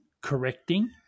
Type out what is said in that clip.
correcting